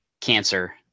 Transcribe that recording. cancer